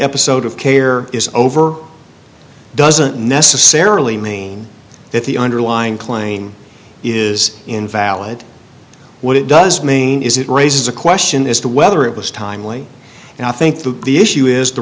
episode of care is over doesn't necessarily mean that the underlying claim is invalid what it does mean is it raises a question as to whether it was timely and i think the issue is the